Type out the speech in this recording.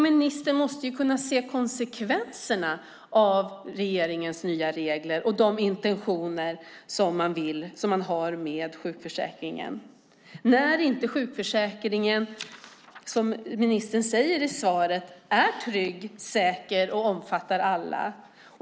Ministern måste kunna se konsekvenserna av regeringens nya regler och de intentioner som man har med sjukförsäkringen när sjukförsäkringen inte, som ministern säger i svaret, är trygg, säker och omfattar alla.